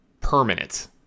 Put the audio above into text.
permanent